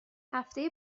هفته